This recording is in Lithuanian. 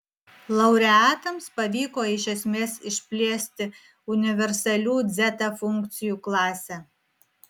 laureatams pavyko iš esmės išplėsti universalių dzeta funkcijų klasę